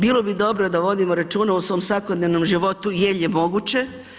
Bilo bi dobro da vodimo računa u svom svakodnevnom životu jer je moguće.